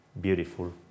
beautiful